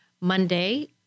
Monday